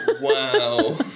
wow